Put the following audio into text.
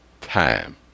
time